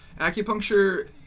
Acupuncture